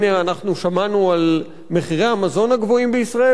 הנה, שמענו על מחירי המזון הגבוהים בישראל.